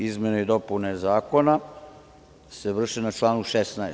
Izmene i dopune zakona se vrše na članu 16.